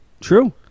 true